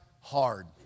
hard